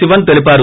శివన్ తెలిపారు